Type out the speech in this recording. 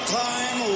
time